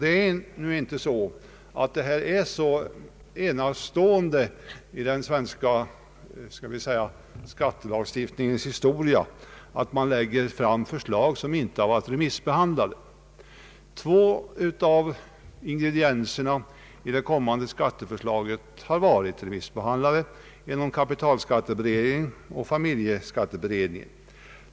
Det är inte så enastående i den svenska skattelagstiftningens historia att man lägger fram förslag som inte blivit remissbehandlade. Två av ingredienserna i det kommande skatteförslaget har blivit remissbehandlade genom kapitalskatteberedningen och familjeskatteberedningen.